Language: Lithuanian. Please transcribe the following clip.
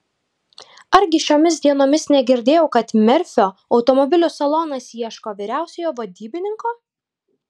argi šiomis dienomis negirdėjau kad merfio automobilių salonas ieško vyriausiojo vadybininko